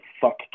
fuck